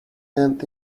and